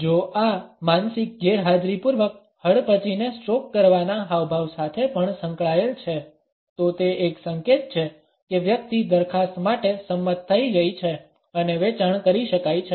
જો આ માનસિક ગેરહાજરીપૂર્વક હડપચીને સ્ટ્રોક કરવાના હાવભાવ સાથે પણ સંકળાયેલ છે તો તે એક સંકેત છે કે વ્યક્તિ દરખાસ્ત માટે સંમત થઈ ગઈ છે અને વેચાણ કરી શકાય છે